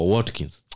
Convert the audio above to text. Watkins